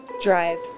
Drive